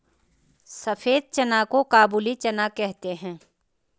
सफेद चना को काबुली चना कहते हैं